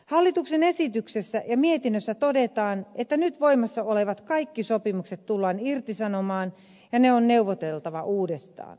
hallituksen esityksessä ja mietinnössä todetaan että kaikki nyt voimassa olevat sopimukset tullaan irtisanomaan ja ne on neuvoteltava uudestaan